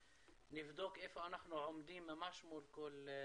נבדוק איפה אנחנו עומדים ממש מול כל סעיף.